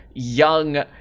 young